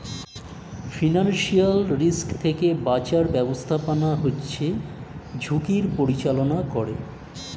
financial risk থেকে বাঁচার ব্যাবস্থাপনা হচ্ছে ঝুঁকির পরিচালনা করে